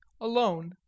alone